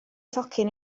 tocyn